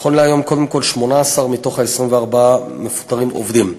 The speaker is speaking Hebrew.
נכון להיום, 18 מ-24 המפוטרים עובדים.